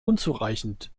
unzureichend